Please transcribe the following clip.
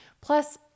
Plus